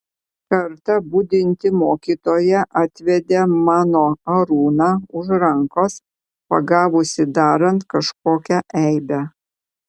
kartą budinti mokytoja atvedė mano arūną už rankos pagavusi darant kažkokią eibę